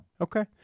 Okay